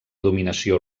dominació